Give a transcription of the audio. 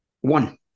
One